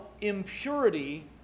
impurity